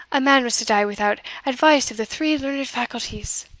a man was to die without advice of the three learned faculties!